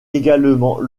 également